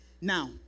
Now